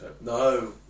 no